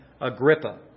Agrippa